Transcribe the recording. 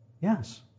Yes